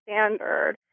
standard